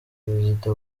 perezida